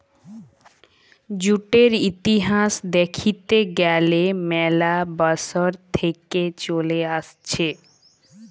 জুটের ইতিহাস দ্যাখতে গ্যালে ম্যালা বসর থেক্যে চলে আসছে